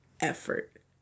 effort